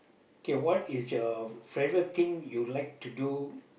okay what is your favorite thing you like to do